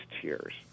tears